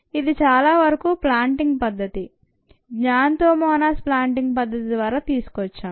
ఇది చాలా వరకు ప్లాంటింగ్ పద్ధతి గ్జాన్తోమోనాస్ ప్లాంటింగ్ పద్ధతి ద్వారా తీసుకొచ్చాం